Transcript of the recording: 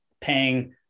paying